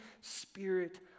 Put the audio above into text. Spirit